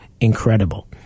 incredible